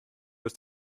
ist